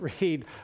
read